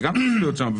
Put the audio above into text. זה גם צריך להיות שם.